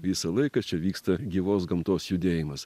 visą laiką čia vyksta gyvos gamtos judėjimas